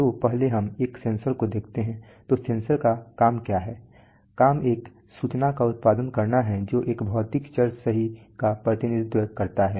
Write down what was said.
तो पहले हम एक सेंसर को देखते हैं तो सेंसर का काम क्या है इसका काम एक सूचना का उत्पादन करना है जो एक भौतिक चर का प्रतिनिधित्व करता है